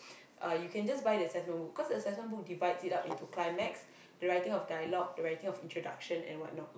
uh you can just buy the assessment book cause the assessment book divides it up into climax the writing of dialogue the writing of introduction and whatnot